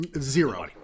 Zero